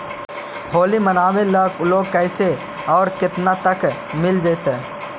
होली मनाबे ल लोन कैसे औ केतना तक के मिल जैतै?